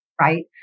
right